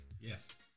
Yes